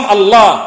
Allah